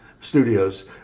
Studios